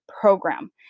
program